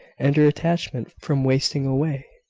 and her attachment from wasting away.